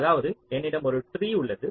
அதாவது என்னிடம் ஒரு ட்ரீ உள்ளது